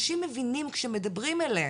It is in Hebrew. אנשים מבינים כשמדברים אליהם,